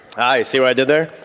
ah, you see what i did there?